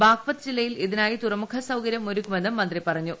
ബാഗ്പത് ജില്ലയിൽ ഇതിനായി തുറമുഖ സൌകര്യം ഒരുക്കുമെന്നും മന്ത്രി പറഞ്ഞു